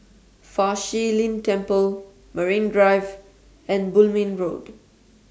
Fa Shi Lin Temple Marine Drive and Bulim Road